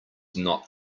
not